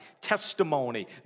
testimony